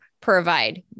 provide